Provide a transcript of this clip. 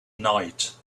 night